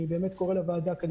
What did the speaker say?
אני קודם כל קורא לוועדה כאן,